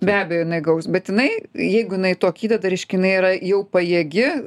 be abejo jinai gaus bet jinai jeigu jinai tokį įdeda reiškia jinai yra jau pajėgi